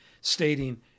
stating